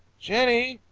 jenny!